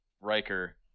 Riker